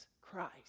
Christ